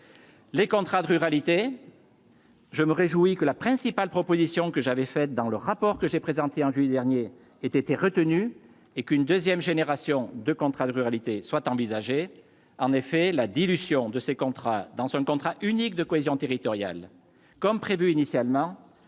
les contrats de ruralité. Je me réjouis que la principale proposition que j'avais faite dans le rapport que j'ai présenté en juillet dernier, était retenue et qu'une 2ème génération de contrats de ruralité soit envisagée en effet la dilution de ces contrats dans son contrat unique de cohésion territoriale comme prévu initialement,